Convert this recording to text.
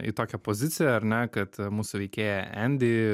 į tokią poziciją ar ne kad mūsų veikėja endi